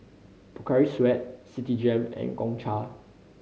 Pocari Sweat Citigem and Gongcha